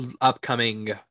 Upcoming